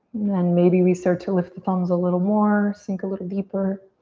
then maybe we start to lift the thumbs a little more, sink a little deeper.